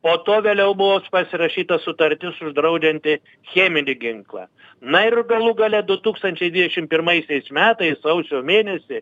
o tuo vėliau buvo pasirašyta sutartis uždraudžianti cheminį ginklą na ir galų gale du tūkstančiai dvidešim pirmaisiais metais sausio mėnesį